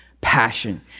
passion